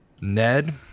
Ned